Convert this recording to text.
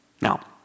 Now